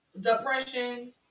depression